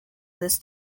this